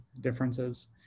differences